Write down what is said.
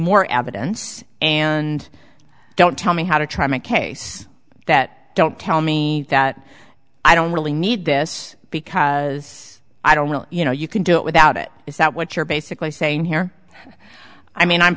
more evidence and don't tell me how to try my case that don't tell me that i don't really need this because i don't know you know you can do it without it is that what you're basically saying here i mean i'm